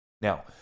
Now